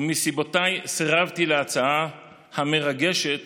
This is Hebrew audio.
ומסיבותיי סירבתי להצעה המרגשת